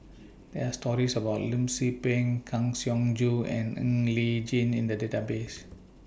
There Are stories about Lim Tze Peng Kang Siong Joo and Ng Li Chin in The Database